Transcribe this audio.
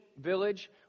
village